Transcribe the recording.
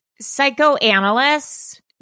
psychoanalysts